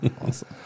Awesome